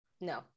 no